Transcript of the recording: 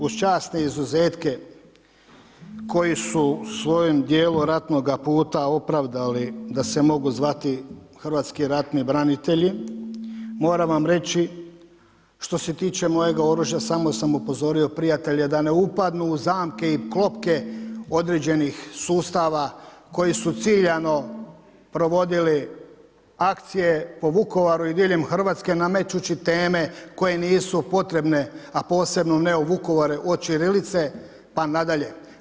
Uz časne izuzetke koji su svojim dijelom ratnoga puta opravdali da se mogu zvati – hrvatski ratni branitelji, moram vam reći što se tiče mojega oružja samo sam upozorio prijatelje da ne upadnu u zamke i klopke određenih sustava koji su ciljano provodili akcije po Vukovaru i diljem Hrvatske namećući teme koje nisu potrebne, a posebno ne u Vukovaru od ćirilice pa nadalje.